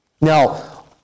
Now